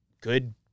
good